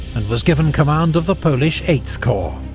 and was given command of the polish eighth corps.